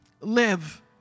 Live